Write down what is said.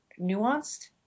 nuanced